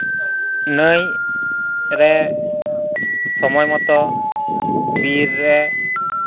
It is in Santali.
ᱱᱟᱹᱭ ᱨᱮ ᱥᱚᱢᱚᱭ ᱢᱚᱛᱚ ᱵᱤᱨ ᱨᱮ